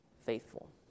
faithful